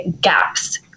gaps